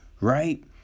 Right